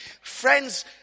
Friends